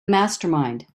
mastermind